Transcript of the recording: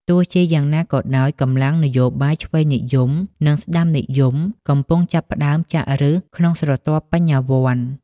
ទោះជាយ៉ាងណាក៏ដោយ កម្លាំងនយោបាយឆ្វេងនិយម និងស្តាំនិយមកំពុងចាប់ផ្តើមចាក់ឫសក្នុងស្រទាប់បញ្ញវន្ត។